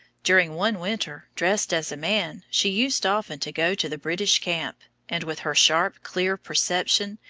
during one winter, dressed as a man, she used often to go to the british camp and, with her sharp, clear perception,